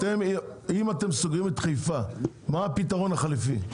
אם אתם סוגרים את חיפה מה הפתרון החליפי?